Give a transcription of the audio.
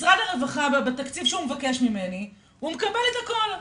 משרד הרווחה בתקציב שהוא מבקש ממני הוא מקבל את הכל.